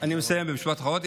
אני מסיים במשפט אחרון.